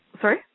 Sorry